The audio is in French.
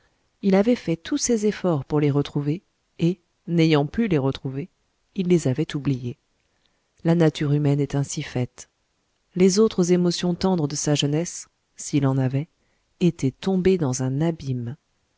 il avait fait tous ses efforts pour les retrouver et n'ayant pu les retrouver il les avait oubliés la nature humaine est ainsi faite les autres émotions tendres de sa jeunesse s'il en avait étaient tombées dans un abîme